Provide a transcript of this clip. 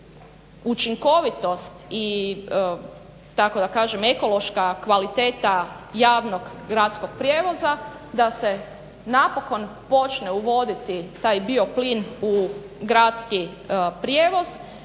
učinkovitost i tako da kažem ekološka kvaliteta javnog gradskog prijevoza, da se napokon počne uvoditi taj bio plin u gradski prijevoz